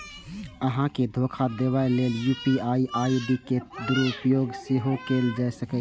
अहां के धोखा देबा लेल यू.पी.आई आई.डी के दुरुपयोग सेहो कैल जा सकैए